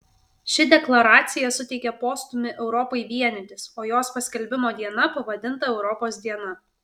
ši deklaracija suteikė postūmį europai vienytis o jos paskelbimo diena pavadinta europos diena